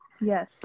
Yes